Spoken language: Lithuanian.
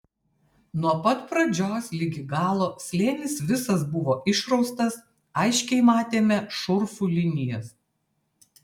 nuo pat pradžios ligi galo slėnis visas buvo išraustas aiškiai matėme šurfų linijas